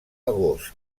agost